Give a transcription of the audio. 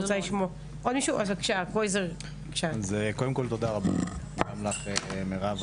תודה רבה למירב